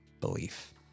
Belief